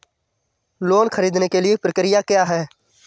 Loan ख़रीदने के लिए प्रक्रिया क्या है?